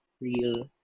real